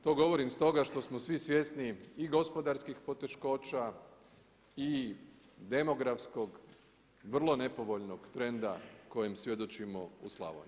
To govorim stoga što smo svi svjesni i gospodarskih poteškoća i demografskog vrlo nepovoljnog trenda kojim svjedočimo u Slavoniji.